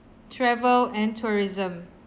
travel and tourism